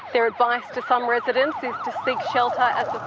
their advice to some residents is to seek shelter as